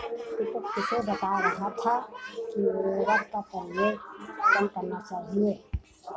दीपक किसे बता रहा था कि उर्वरक का प्रयोग कम करना चाहिए?